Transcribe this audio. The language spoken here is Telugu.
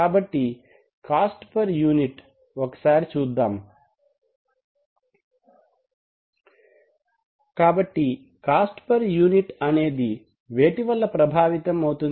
కాబట్టి కాస్ట్ పర్ యూనిట్ ఒకసారి చూద్దాం కాబట్టి కాస్ట్ ఫర్ యూనిట్ అనేది వేటి వల్ల ప్రభావితం అవుతుంది